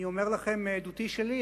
אני אומר לכם מעדותי שלי,